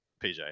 PJ